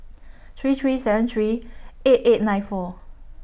three three seven three eight eight nine four